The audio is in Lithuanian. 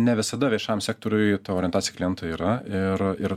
ne visada viešajam sektoriuj ta orientacija į klientą yra ir ir